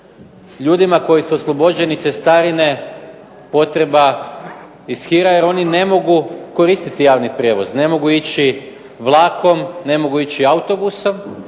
ljudima koji su oslobođeni cestarine potreba iz hira jer oni ne mogu koristiti javni prijevoz, ne mogu ići vlakom, ne mogu ići autobusom,